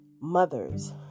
Mothers